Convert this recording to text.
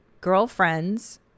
girlfriends